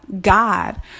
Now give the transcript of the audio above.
God